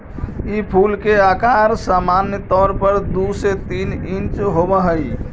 ई फूल के अकार सामान्य तौर पर दु से तीन इंच होब हई